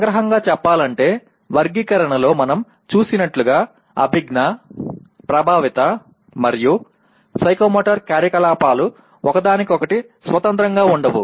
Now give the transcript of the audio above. సంగ్రహంగా చెప్పాలంటే వర్గీకరణలో మనం చూసినట్లుగా అభిజ్ఞా ప్రభావిత మరియు సైకోమోటర్ కార్యకలాపాలు ఒకదానికొకటి స్వతంత్రంగా ఉండవు